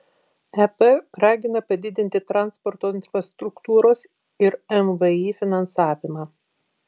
ep ragina padidinti transporto infrastruktūros ir mvį finansavimą